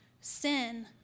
Sin